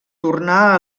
tornà